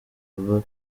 baba